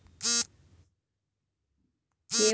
KYC ಯ ಮೂರು ಘಟಕಗಳು ಯಾವುವು?